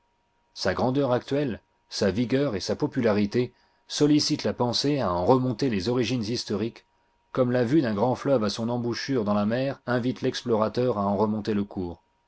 sa grandeur actuelle sa vigueur et sa popularité sollicitent la peusée à en remonter les origines historiques comme la vue d'un grand fleuve à son embouchure dans la mer invite l'explorateur à en remonter le cours